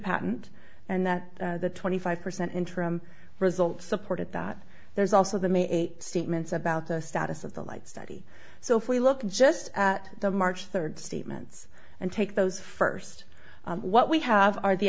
patent and that the twenty five percent interim result supported that there's also the may statements about the status of the light study so if we look just at the march third statements and take those first what we have are the